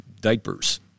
diapers